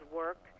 work